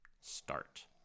start